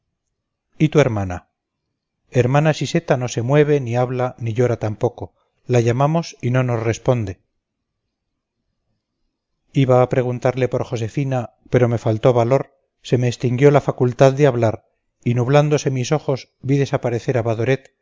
y tu hermana hermana siseta no se mueve ni habla ni llora tampoco la llamamos y no nos responde iba a preguntarle por josefina pero me faltó valor se me extinguió la facultad de hablar y nublándose mis ojos vi desaparecer a badoret